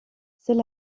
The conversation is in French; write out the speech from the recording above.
seul